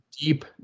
deep